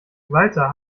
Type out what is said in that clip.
walter